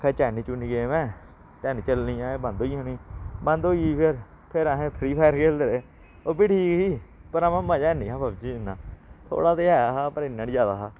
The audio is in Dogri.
आक्खै चैनी चुनी गेम ऐ तै हैनी चलनी ऐ बंद होई जानी बंद होई गेई फिर फिर असें फ्री फायर खेलदे रेह् ओह् बी ठीक ही पर अमां मज़ा हैनी हा पबजी इन्ना थोह्ड़ा ते ऐ हा पर इन्ना निं ज्यादा हा